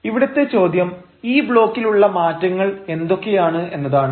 ഇവിടുത്തെ ചോദ്യം ഈ ബ്ലോക്കിൽ ഉള്ള മാറ്റങ്ങൾ എന്തൊക്കെയാണ് എന്നതാണ്